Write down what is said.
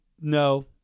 No